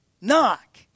Knock